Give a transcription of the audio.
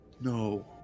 No